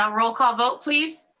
ah roll call vote please?